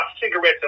cigarettes